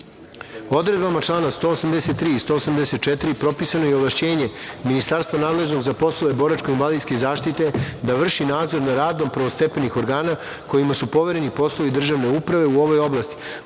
postupku. Odredbama člana 183. i 184. propisano je i ovlašćenje ministarstva nadležnog za poslove boračko-invalidske zaštite da vrši nadzor nad radom prvostepenih organa kojima su povereni poslovi državne uprave u ovoj oblasti